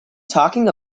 talking